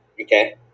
Okay